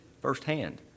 firsthand